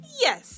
yes